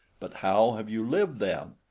but how have you lived, then?